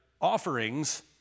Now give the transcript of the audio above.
offerings